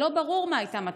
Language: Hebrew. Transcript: שלא ברור מה הייתה מטרתם.